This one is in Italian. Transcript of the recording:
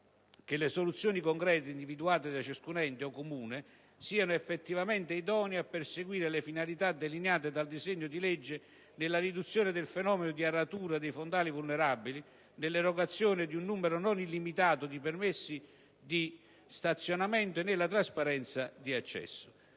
che le soluzioni concrete individuate da ciascun ente o Comune siano effettivamente idonee a perseguire le finalità delineate dal disegno di legge nella riduzione del fenomeno di aratura dei fondali vulnerabili, nell'erogazione di un numero non illimitato di permessi di stazionamento e nella trasparenza di accesso.